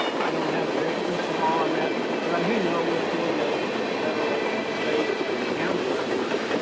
i don't have a great crystal ball on that but i do know we'll coordinate at the federal, state and county levels,